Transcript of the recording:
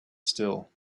still